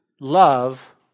love